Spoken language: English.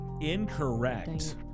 Incorrect